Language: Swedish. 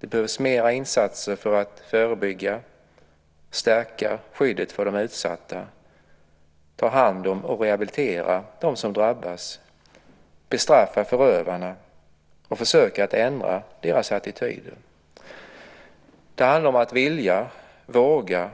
Det behövs mer av förebyggande insatser och för stärkande av skyddet för de utsatta, och man bör ta hand om och rehabilitera dem som drabbas. Man bör bestraffa förövarna och försöka att ändra deras attityder. Det handlar om att vilja och våga